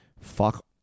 fuck